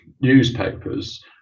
newspapers